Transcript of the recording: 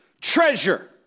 treasure